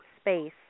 space